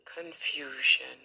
confusion